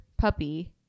puppy